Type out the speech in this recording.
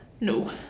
No